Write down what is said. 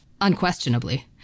Unquestionably